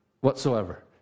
whatsoever